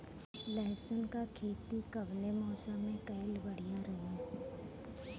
लहसुन क खेती कवने मौसम में कइल बढ़िया रही?